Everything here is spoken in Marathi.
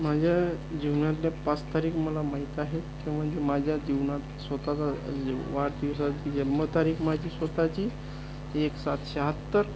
माझ्या जीवनातल्या पाच तारीख मला माहीत आहे त्या म्हणजे माझ्या जीवनात स्वतःचा म्हणजे वाढदिवसाची जन्मतारीख माझी स्वतःची एक सात शहात्तर